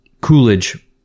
Coolidge